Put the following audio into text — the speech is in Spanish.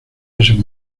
ese